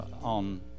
on